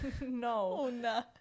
no